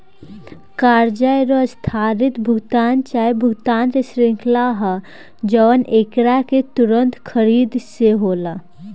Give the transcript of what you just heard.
कर्जा एगो आस्थगित भुगतान चाहे भुगतान के श्रृंखला ह जवन एकरा के तुंरत खरीद से होला